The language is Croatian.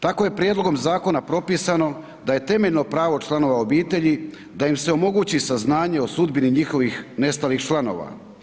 Tako je prijedlogom zakona propisano da je temeljno pravo članova obitelji da im se omogući saznanje o sudbini njihovih nestalih članova.